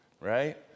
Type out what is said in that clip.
right